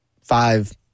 five